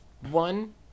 one